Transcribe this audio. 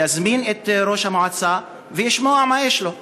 יזמין את ראש המועצה וישמע מה יש לו לומר.